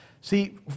See